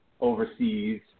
overseas